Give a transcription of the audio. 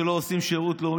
שלא עושים שירות לאומי,